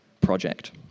project